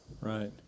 Right